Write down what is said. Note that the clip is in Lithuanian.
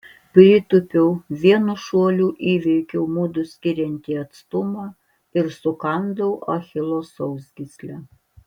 pritūpiau vienu šuoliu įveikiau mudu skiriantį atstumą ir sukandau achilo sausgyslę